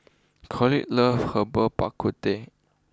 Clotilde loves Herbal Bak Ku Teh